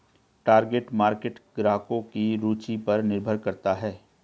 target market ग्राहकों की रूचि पर निर्भर करता है